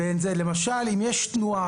אם למשל יש תנועה,